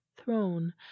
throne